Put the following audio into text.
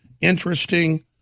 interesting